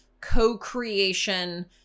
co-creation